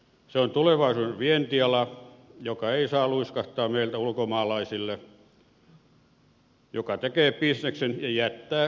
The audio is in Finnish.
se on tulevaisuuden vientiala joka ei saa luiskahtaa meiltä ulkomaalaiselle joka tekee bisneksen ja jättää suomelle haitat